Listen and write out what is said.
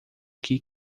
que